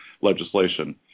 legislation